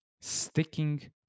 sticking